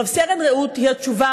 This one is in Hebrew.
רס"ן רעות היא התשובה,